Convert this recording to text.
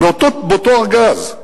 באותו ארגז,